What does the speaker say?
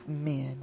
men